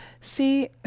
see